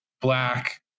black